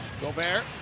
Gobert